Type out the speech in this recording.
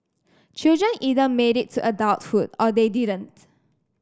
children either made it to adulthood or they didn't